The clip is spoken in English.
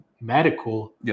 medical